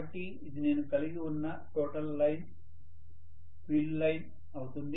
కాబట్టి ఇది నేను కలిగి ఉన్న టోటల్ లైన్ ఫీల్డ్ లైన్ అవుతుంది